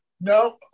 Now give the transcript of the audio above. No